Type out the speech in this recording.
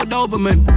Doberman